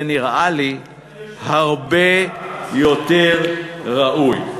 זה נראה לי הרבה יותר ראוי.